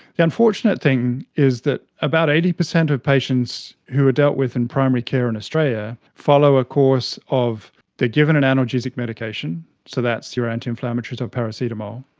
the unfortunate thing is that about eighty percent of patients who are dealt with in primary care in australia follow a course of they are given an analgesic medication, so that's your anti-inflammatories or paracetamol,